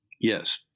Yes